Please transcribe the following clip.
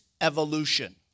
evolution